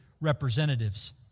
Representatives